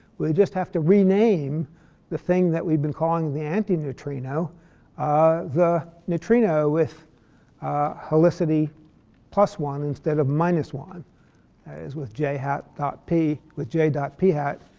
we just have to rename the thing that we've been calling the anti-neutrino the neutrino with helicity plus one instead of minus one it's with j hat dot p with j dot p hat,